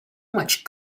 much